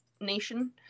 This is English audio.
nation